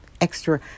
extra